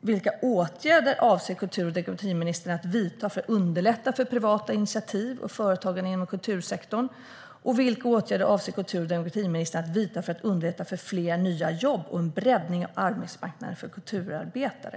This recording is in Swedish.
Vilka åtgärder avser kultur och demokratiministern att vidta för att underlätta för privata initiativ och företagande inom kultursektorn? Vilka åtgärder avser kultur och demokratiministern att vidta för att underlätta för fler nya jobb och en breddning av arbetsmarknaden för kulturarbetare?